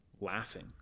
laughing